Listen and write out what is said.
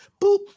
boop